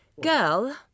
Girl